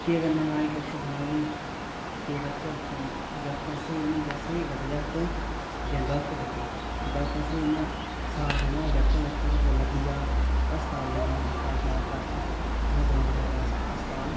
केह् करना महाराज तुस गै सुनाओ फ्ही केह् करचै फ्ही स्हेई करदे जाग्त जां गलत करदे जगतें जे साथ देना होऐ तां कुदैं लग्गी जा अस्पताल लेई जाना अस्पताल साढै कछ ओह् ग्राउंडै कछ अस्पताल